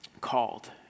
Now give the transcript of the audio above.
called